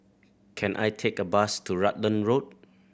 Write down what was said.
can I take a bus to Rutland Road